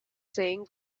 saying